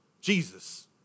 Jesus